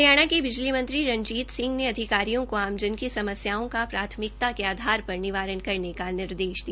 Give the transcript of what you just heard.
हरियाणा के बिजली मंत्री रणजीत सिंह ने अधिकारियों को आमजन की समस्याओं का प्राथमिकता के आधार पर निवारण करने का निर्देश दिया